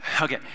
okay